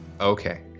Okay